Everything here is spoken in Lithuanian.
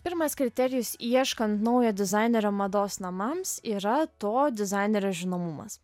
pirmas kriterijus ieškant naujo dizainerio mados namams yra to dizainerio žinomumas